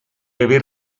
aver